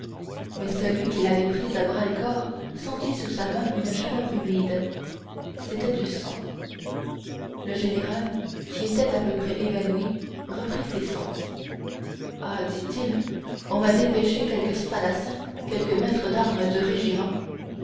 mais celui qui l'avait pris à bras-le-corps sentit sous sa main une chaleur humide c'était du sang le général qui était à peu près évanoui reprit ses sens ah dit-il on m'a dépêché quelque spadassin quelque maître d'armes du régiment